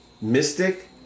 Mystic